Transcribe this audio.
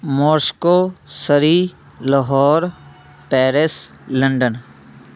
Moscow Surrey Lahore Paris London